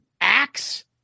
Axe